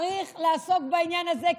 צריך לעסוק בעניין הזה,